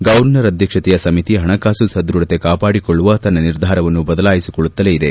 governor ಅಧ್ಯಕ್ಷತೆಯ ಸಮಿತಿ ಹಣಕಾಸು ಸದೃಢತೆ ಕಾಪಾಡಿಕೊಳ್ಳುವ ತನ್ನ ನಿರ್ಧಾರವನ್ನು ಬದಲಾಯಿಸಿಕೊಳ್ಳುತ್ತಲೇ ಇದೆ